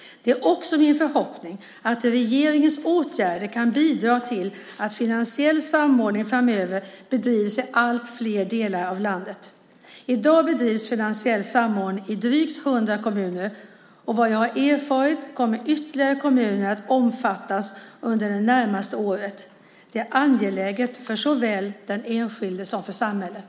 Det är också min förhoppning att regeringens åtgärder kan bidra till att finansiell samordning framöver bedrivs i allt fler delar av landet. I dag bedrivs finansiell samordning i drygt hundra kommuner, och vad jag har erfarit kommer ytterligare kommuner att omfattas under det närmaste året. Det är angeläget för såväl den enskilde som samhället.